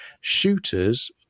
shooters